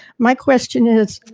my question is,